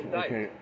okay